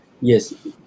yes